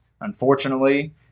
unfortunately